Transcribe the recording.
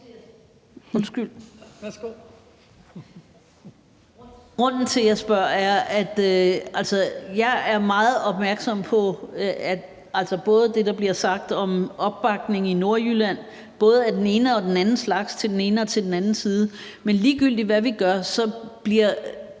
Grunden til, at jeg spørger, er, at jeg er meget opmærksom på det, der bliver sagt om opbakningen i Nordjylland, både af den ene og den anden slags og til den ene og til den anden side. Men ligegyldigt hvad vi gør, kan vi